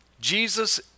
Jesus